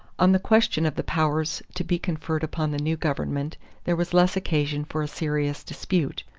on the question of the powers to be conferred upon the new government there was less occasion for a serious dispute.